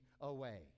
away